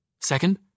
Second